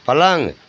पलंग